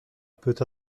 peut